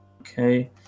Okay